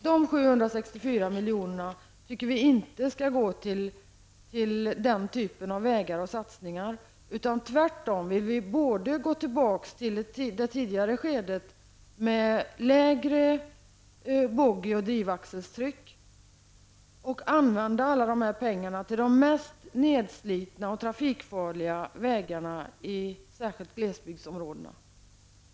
Dessa 764 miljoner tycker vi inte skall gå till den typen av vägar och satsningar, utan vi vill tvärtom gå tillbaks till det tidigare skede då vi hade lägre boggi och drivaxelstryck. Vi vill använda alla dessa pengar till de mest nedslitna och trafikfarliga vägarna, särskilt i glesbygdsområdena.